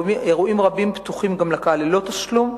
אירועים רבים פתוחים לקהל גם ללא תשלום,